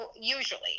usually